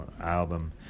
album